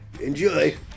Enjoy